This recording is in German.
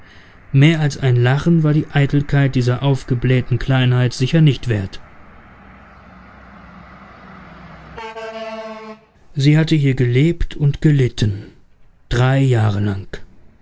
mehr als ein lachen war die eitelkeit dieser aufgeblähten kleinheit sicher nicht wert sie hatte hier gelebt und gelitten drei jahre lang